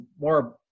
more